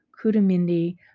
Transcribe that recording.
Kudamindi